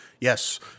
Yes